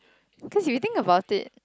cause you think about it